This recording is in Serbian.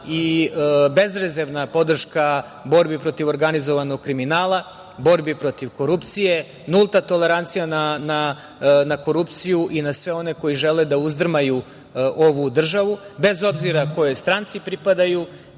i bezrezervna podrška borbi protiv organizovanog kriminala, borbi protiv korupcije, nulta tolerancija na korupciju i na sve one koji žele da uzdrmaju ovu državu, bez obzira kojoj stanci pripadaju,